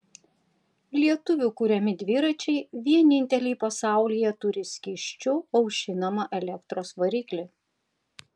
lietuvių kuriami dviračiai vieninteliai pasaulyje turi skysčiu aušinamą elektros variklį